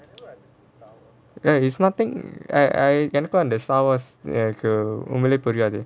ya it's nothing I I cannot count the star wars like a என்னாகும் அந்த:ennagum antha star wars உண்மையாலே புரியாது:unmaiyaalae puriyaathu